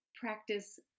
practice